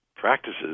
Practices